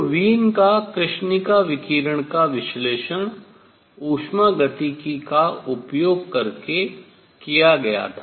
तो वीन का कृष्णिका विकिरण का विश्लेषण उष्मागतिकी का उपयोग करके किया गया था